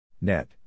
Net